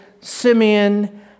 Simeon